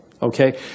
okay